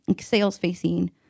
sales-facing